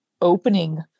opening